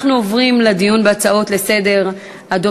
אנחנו עוברים לדיון בהצעות לסדר-היום מס' 3875,